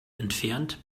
entfernt